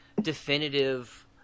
definitive